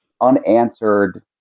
unanswered